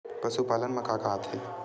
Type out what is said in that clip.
पशुपालन मा का का आथे?